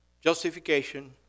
Justification